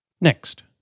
Next